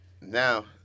now